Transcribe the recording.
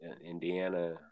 Indiana